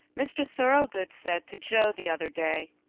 mr. thoroughgood said to joe the other day